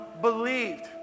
believed